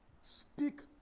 Speak